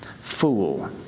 fool